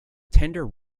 tender